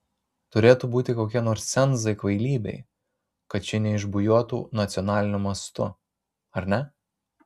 turėtų būti kokie nors cenzai kvailybei kad ši neišbujotų nacionaliniu mastu ar ne